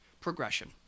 progression